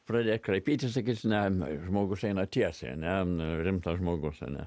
pradėk kraipytia sakysi ne žmogus eina tiesiai ne rimtas žmogus ane